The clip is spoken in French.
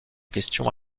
questions